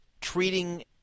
treating